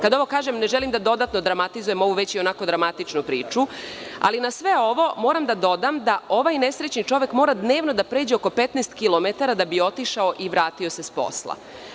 Kada ovo kažem, ne želim dodatno da dramatizujem ovu već dramatičnu priču, ali na sve ovo moram da dodam da ovaj nesrećni čovek mora dnevno da pređe oko 15 kilometara da bi otišao i vratio se s posla.